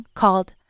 called